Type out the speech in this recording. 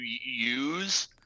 use